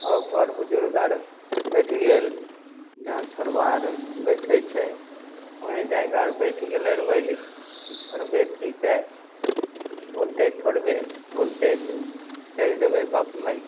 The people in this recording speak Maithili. आओर बर बुजुर्ग आर बैठ गेल जहन छौरबा आओर बैठय छै ओहे जाकऽ आर बैठ गेल अरबधिके कि छौरबे ठीक अइ बोलतइ थोरबे बोलतइ तऽ कहि देबय बाप माय के